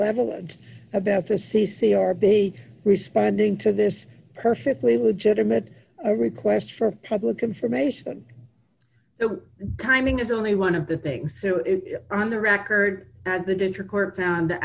level and about this c c r be responding to this perfectly legitimate request for public information the timing is only one of the things so is on the record as the